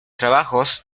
trabajos